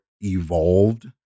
evolved